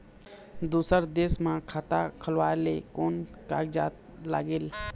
दूसर देश मा खाता खोलवाए ले कोन कागजात लागेल?